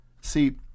See